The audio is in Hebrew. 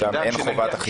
שם אין חובת אכיפה.